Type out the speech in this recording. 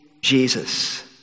Jesus